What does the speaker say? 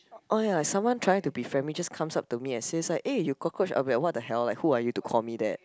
oh ya someone trying to be friendly just comes up to me and say it's like eh you cockroach I will be like what the hell who are you to call me that